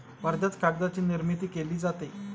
वर्ध्यात कागदाची निर्मिती केली जाते